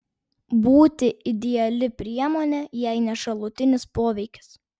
būtį ideali priemonė jei ne šalutinis poveikis